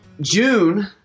June